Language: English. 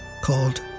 called